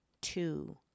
two